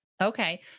Okay